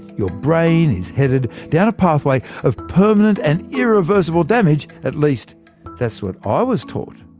your brain is headed down a pathway of permanent and irreversible damage at least that's what i was taught.